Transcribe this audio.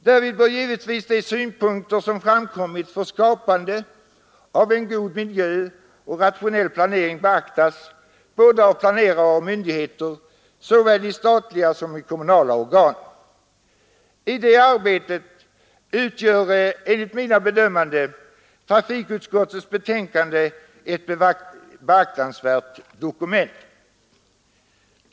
Därvid bör givetvis de synpunkter som framkommit på skapandet av en god miljö och rationell planering beaktas av både planerare och myndigheter i såväl statliga som kommunala organ. I det arbetet utgör enligt mina bedömningar trafikutskottets betänkande ett beaktansvärt dokument.